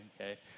okay